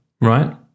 right